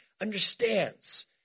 understands